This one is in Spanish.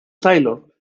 taylor